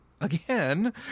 again